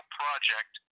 project